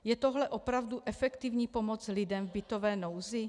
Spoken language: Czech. Je tohle opravdu efektivní pomoc lidem v bytové nouzi?